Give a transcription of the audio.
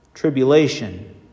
tribulation